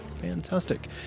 Fantastic